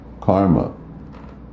karma